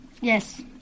Yes